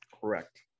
Correct